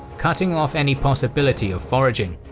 cutting off any possibility of foraging.